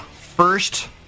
First